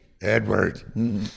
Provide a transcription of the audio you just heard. Edward